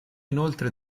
inoltre